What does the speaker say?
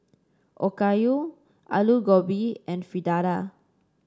Okayu Alu Gobi and Fritada